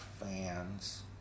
fans